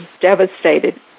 devastated